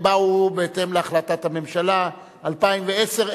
הם באו בהתאם להחלטת הממשלה 10/2010,